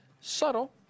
Subtle